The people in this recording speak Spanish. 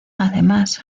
además